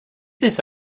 this